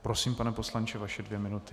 Prosím, pane poslanče, vaše dvě minuty.